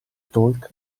talk